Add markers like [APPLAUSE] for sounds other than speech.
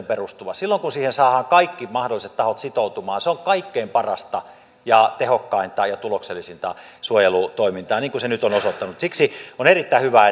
[UNINTELLIGIBLE] perustuva silloin kun siihen saadaan kaikki mahdolliset tahot sitoutumaan se on kaikkein parasta ja tehokkainta ja tuloksellisinta suojelutoimintaa niin kuin nyt on osoittautunut siksi on erittäin hyvä [UNINTELLIGIBLE]